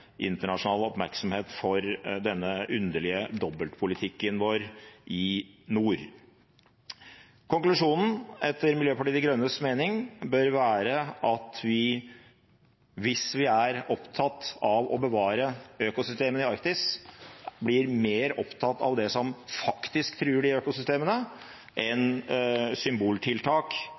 internasjonal oppmerksomhet for denne underlige dobbeltpolitikken vår i nord. Konklusjonen bør, etter Miljøpartiet De Grønnes mening, være at vi, hvis vi er opptatt av å bevare økosystemene i Arktis, blir mer opptatt av det som faktisk truer de økosystemene, enn symboltiltak